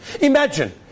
Imagine